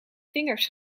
vingers